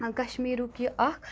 کَشمیٖرُک یہِ اَکھ